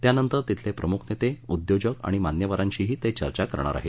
त्यानंतर तिथले प्रमुख नेते उद्योजक आणि मान्यवरांशीही ते चर्चा करतील